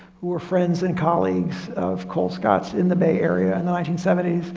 who were friends and colleagues of colescott's in the bay area and nineteen seventy s.